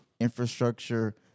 infrastructure